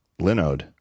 Linode